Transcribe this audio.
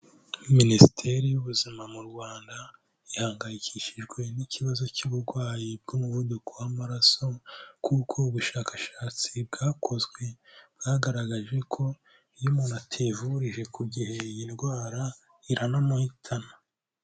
Minisiteri y'Ubuzima mu Rwanda, ihangayikishijwe n'ikibazo cy'uburwayi bw'umuvuduko w'amaraso kuko ubushakashatsi bwakozwe, bwagaragaje ko iyo umuntu ativurije iyi ndwara iranamuhitana.